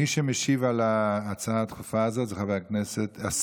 מי שמשיב על ההצעה הדחופה הזאת זה השר,